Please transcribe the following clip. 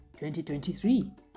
2023